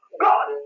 God